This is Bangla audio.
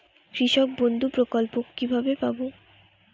কৃষকবন্ধু প্রকল্প কিভাবে পাব?